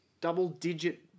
double-digit